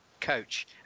coach